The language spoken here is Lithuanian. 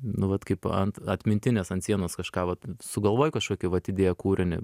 nu vat kaip ant atmintinės ant sienos kažką vat sugalvoji kažkokį vat idėją kūrinį